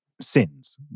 sins